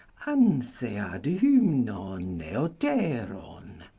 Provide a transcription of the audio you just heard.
anthea d' hymnon neoteron.